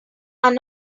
are